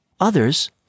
Others